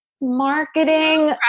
marketing